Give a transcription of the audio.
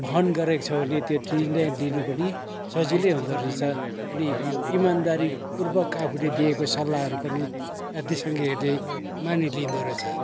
वहन गरेको छ भने त्यो निर्णय लिनु पनि सजिलै हुँदो रहेछ अनि इमान्दारीपूर्वक आफूले दिएको सल्लाहहरू पनि साथी सङ्गिहरूले मानिलिँदो रहेछ